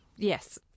Yes